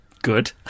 Good